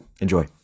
enjoy